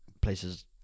places